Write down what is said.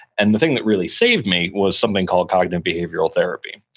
and the thing that really saved me was something called cognitive behavioral therapy.